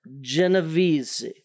Genovese